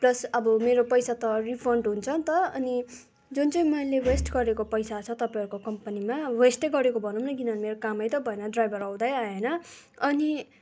plus अब मेरो पैसा त रिफन्ड हुन्छ नि त अनि जुन चाहिँ मैले वेस्ट गरेको पैसा छ तपाईँहरूको कम्पनीमा वेस्टै गरेको भनौँ न किनभने मेरो कामै त भएन ड्राइभर आउँदै आएन अनि